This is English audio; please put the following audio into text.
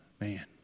Man